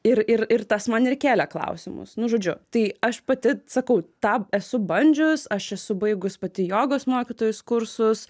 ir ir ir tas man ir kelė klausimus nu žodžiu tai aš pati sakau tą esu bandžius aš esu baigus pati jogos mokytojos kursus